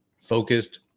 focused